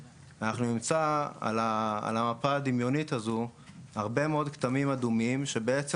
אנחנו נמצא על המפה הדמיונית הזאת הרבה מאוד כתמים אדומים שבעצם